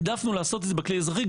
העדפנו לעשות את זה בכלי האזרחי,